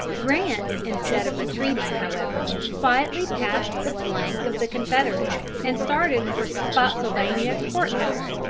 grant, instead of retreating, however, quietly passed the flank of the confederates and started for spottsylvania court-house,